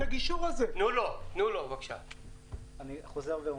אני חוזר ואומר,